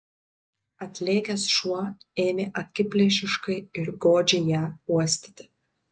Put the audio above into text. atlėkęs šuo ėmė akiplėšiškai ir godžiai ją uostyti